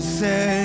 say